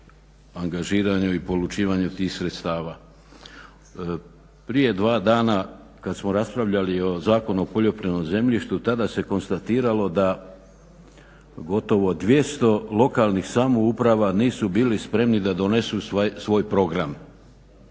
angažiranju i polučivanju tih sredstava. Prije dva dana kad smo raspravljali o zakonu o poljoprivrednom zemljištu tada se konstatiralo da gotovo 200 lokalnih samouprava nisu bili spremni da donesu svoj program.